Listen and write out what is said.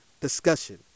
discussion